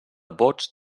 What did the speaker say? vots